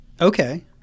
Okay